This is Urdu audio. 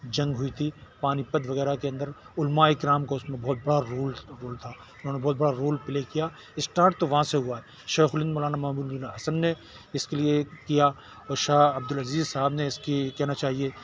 جنگ ہوئی تھی پانی پت وغیرہ کے اندر علمائے اکرام کو اس میں بہت بڑا رول رول تھا انہوں نے بہت بڑا رول پلے کیا اسٹارٹ تو وہاں سے ہوا ہے شیخ الہند مولانا محمود الحسن نے اس کے لیے کیا اور شاہ عبدالعزیز صاحب نے اس کی کہنا چاہیے